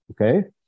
okay